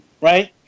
right